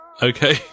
Okay